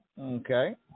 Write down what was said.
Okay